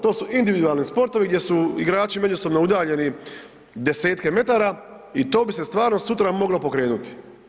To su individualni sportovi gdje su igrači međusobno udaljeni 10-tke metara i to bi se stvarno sutra moglo pokrenuti.